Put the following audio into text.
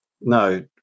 no